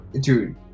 dude